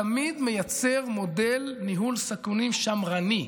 תמיד מייצר מודל סיכונים שמרני.